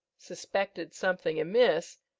suspected something amiss,